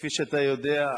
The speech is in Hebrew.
כפי שאתה יודע,